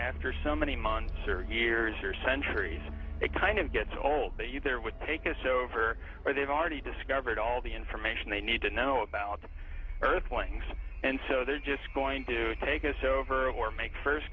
after so many months or years or centuries it kind of gets all that you there with take us over where they've already discovered all the information they need to know about the earthlings and so they're just going to take us over or make first